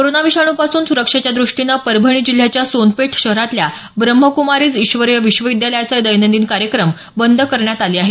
corona विषाणूपासून सुरक्षेच्या द्रष्टीनं परभणी जिल्ह्याच्या सोनपेठ शहरातल्या ब्रम्हक्मारीज ईश्वरीय विश्वविद्यालयाचे दैनंदिन कार्यक्रम बंद करण्यात आले आहेत